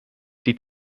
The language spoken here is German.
die